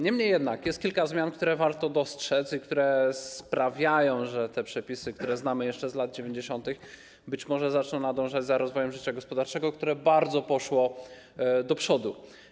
Niemniej jednak jest kilka zmian, które warto dostrzec i które sprawiają, że te przepisy, które znamy jeszcze z lat 90., być może zaczną nadążać za rozwojem życia gospodarczego, które bardzo poszło do przodu.